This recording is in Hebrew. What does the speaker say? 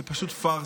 זו פשוט פארסה.